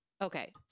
Okay